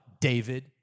David